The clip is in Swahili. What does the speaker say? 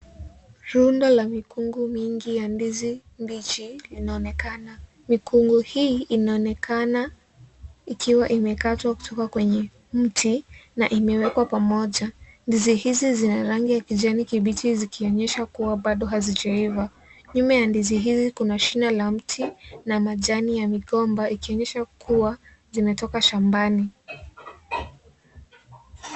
Rundo la mikungu mingi ya ndizi mbichi inaonekana mikungu hii inaoekana ikiwa imekatwa kutoka kwenye mti na imewekwa pamoja , ndizi hizi zina rangi ya kijani kibichi zikionyesha kuwa bado hazijaiva , nyuma ya ndizi hizi kuna shina la mti na majani ya migomba kuonyesha kuwa zimetoka shambani.